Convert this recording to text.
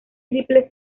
triple